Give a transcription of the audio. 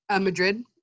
Madrid